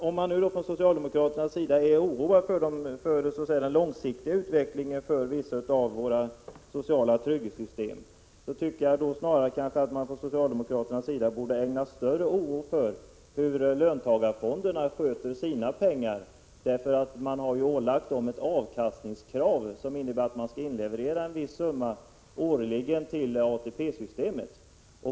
Om socialdemokraterna är oroade för den långsiktiga utvecklingen för vissa av våra sociala trygghetssystem, så tycker jag att de snarare borde hysa oro för hur löntagarfonderna sköter sina pengar. Man har ju ålagt löntagarfonderna ett avkastningskrav som innebär att de skall inleverera en viss summa årligen till ATP-systemet.